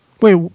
Wait